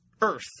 Earth